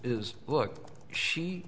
is look she